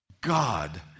God